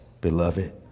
beloved